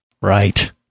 Right